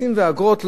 מסים ואגרות,